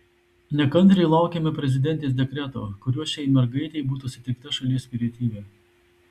nekantriai laukiame prezidentės dekreto kuriuo šiai mergaitei būtų suteikta šalies pilietybė